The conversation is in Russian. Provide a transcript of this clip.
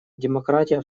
демократия